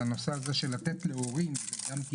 אז הנושא הזה של לתת להורים, אלו שיש